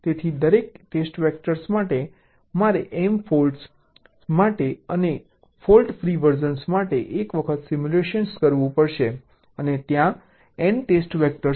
તેથી દરેક test vector માટે મારે m ફોલ્ટ્સ માટે અને ફોલ્ટ ફ્રી વર્ઝન માટે એક વખત સિમ્યુલેટ કરવું પડશે અને ત્યાં n ટેસ્ટ વેક્ટર છે